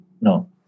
no